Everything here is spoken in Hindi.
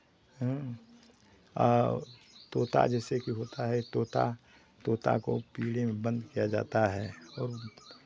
और तोता जैसेकि होता है एक तोता तोता को पिंजरे में बंद किया जाता है और